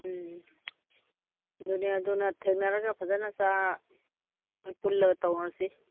ꯎꯝ ꯑꯗꯨꯅꯦ ꯑꯗꯨꯅ ꯊꯦꯡꯅꯔꯒ ꯐꯖꯅ ꯆꯥ ꯑꯩꯈꯣꯏ ꯄꯨꯜꯂꯒ ꯇꯧꯔꯁꯤ